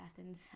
Athens